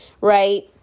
right